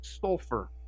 Sulfur